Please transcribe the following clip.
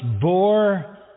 bore